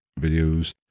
videos